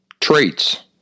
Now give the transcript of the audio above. traits